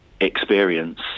experience